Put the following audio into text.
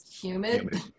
humid